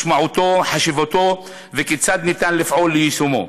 משמעותו, חשיבותו וכיצד אפשר לפעול ליישומו.